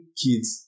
kids